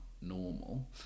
normal